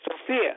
Sophia